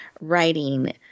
writing